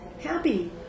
happy